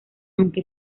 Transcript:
aunque